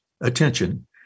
attention